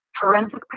forensic